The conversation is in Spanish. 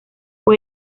fue